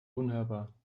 unhörbar